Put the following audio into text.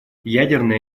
ядерное